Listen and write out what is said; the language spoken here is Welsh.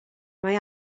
mae